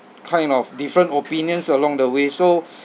kind of different opinions along the way so